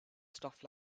stuff